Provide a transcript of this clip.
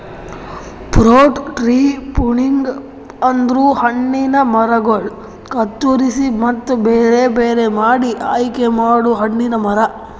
fruit tree pruning ಅಂದುರ್ ಹಣ್ಣಿನ ಮರಗೊಳ್ ಕತ್ತುರಸಿ ಮತ್ತ ಬೇರೆ ಬೇರೆ ಮಾಡಿ ಆಯಿಕೆ ಮಾಡೊ ಹಣ್ಣಿನ ಮರ